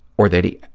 or that he